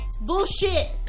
Bullshit